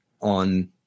on